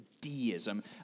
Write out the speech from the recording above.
Deism